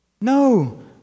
No